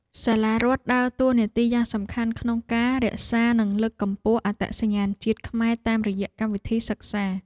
សាលារដ្ឋដើរតួនាទីយ៉ាងសំខាន់ក្នុងការរក្សានិងលើកកម្ពស់អត្តសញ្ញាណជាតិខ្មែរតាមរយៈកម្មវិធីសិក្សា។